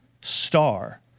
star